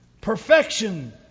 Perfection